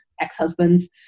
ex-husbands